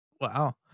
Wow